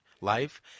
life